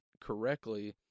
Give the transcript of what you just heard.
correctly